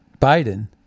Biden